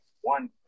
one